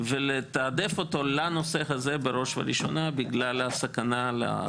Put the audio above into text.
ולתעדף אותו לנושא הזה בראש וראשונה בגלל הסכנה לחיי אנשים.